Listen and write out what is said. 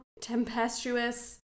tempestuous